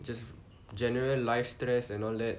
just general life stress and all that